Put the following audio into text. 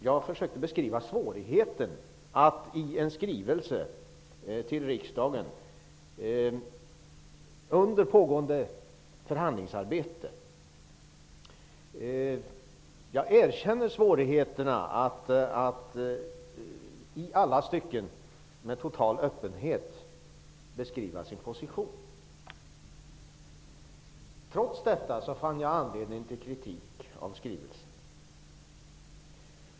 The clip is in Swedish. Jag försökte beskriva svårigheterna med att komma med en skrivelse till riksdagen under pågående förhandlingsarbete. Jag erkänner att det då är svårt att beskriva sin position med en i alla stycken total öppenhet. Trots detta fann jag anledning till kritik av skrivelsen.